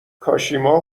کاشیما